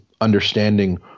understanding